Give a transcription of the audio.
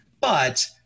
But-